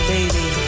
Baby